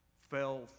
fell